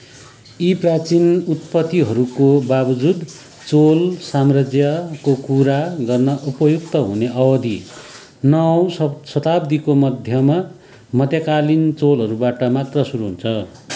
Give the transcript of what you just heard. यी प्राचिन उत्पत्तिहरूको बावजुद चोल साम्राज्यको कुरा गर्न उपयुक्त हुने अवधि नौ शताब्दीको मध्यमा मध्यकालीन चोलहरूबाट मात्र सुरु हुन्छ